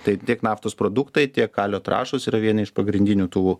tai tiek naftos produktai tiek kalio trąšos yra vieni iš pagrindinių tų